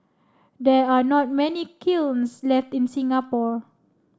there are not many kilns left in Singapore